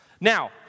Now